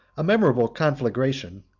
a memorable conflagration,